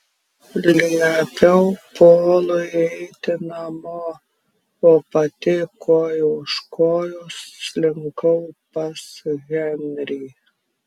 liepiau polui eiti namo o pati koja už kojos slinkau pas henrį